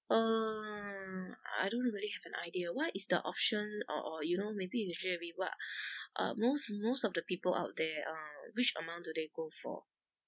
um I don't really have an idea what is the option or or you know maybe you share with me what uh most most of the people out there um which amount do they go for